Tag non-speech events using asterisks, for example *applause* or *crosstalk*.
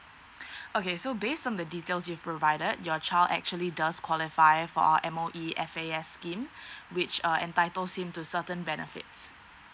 *breath* okay so based on the details you've provided your child actually does qualify for our M_O_E F_A_S scheme *breath* which uh entitles seem to certain benefits